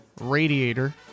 radiator